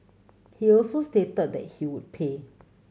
he also stated that he would pay